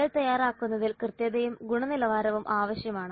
file തയ്യാറാക്കുന്നതിൽ കൃത്യതയും ഗുണനിലവാരവും ആവശ്യമാണ്